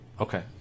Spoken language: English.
Okay